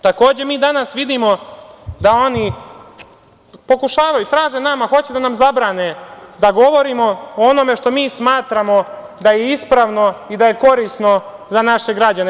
Takođe, mi danas vidimo da oni pokušavaju, traže nama, hoće da nam zabrane da govorimo o onome što mi smatramo da je ispravno i da je korisno za naše građane.